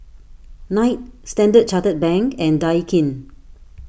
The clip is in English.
Knight Standard Chartered Bank and Daikin